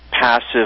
passive